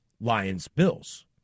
Lions-Bills